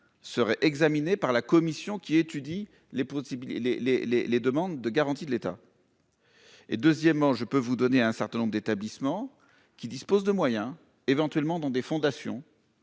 serait examiné par la commission qui étudie les possibilités, les les les les demandes de garanties de l'État. Et deuxièmement, je peux vous donner un certain nombre d'établissements qui disposent de moyens éventuellement dans des fondations.